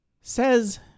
says